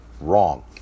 Wrong